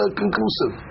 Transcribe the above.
conclusive